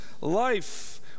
life